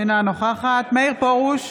אינה נוכחת מאיר פרוש,